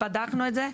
בדקנו את זה,